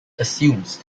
assumes